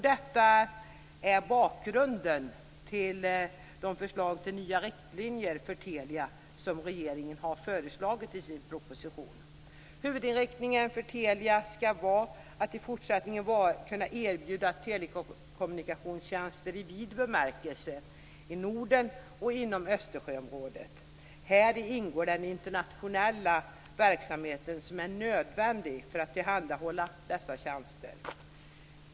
Detta är bakgrunden till de förslag till nya riktlinjer för Telia som regeringen har i sin proposition. Huvudinriktningen för Telia skall vara att i fortsättningen kunna erbjuda telekommunikationstjänster i vid bemärkelse i Norden och inom Östersjöområdet. Här ingår den internationella verksamheten, som är nödvändig för att man skall kunna tillhandahålla dessa tjänster.